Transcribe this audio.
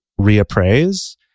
reappraise